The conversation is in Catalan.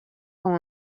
com